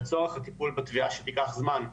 לצורך טיפול בתביעה שתיקח זמן,